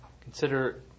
Consider